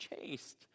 chased